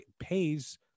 pays